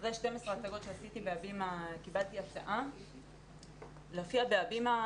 אחרי 12 הצגות שעשיתי בהבימה קיבלתי הצעה להופיע בהבימה,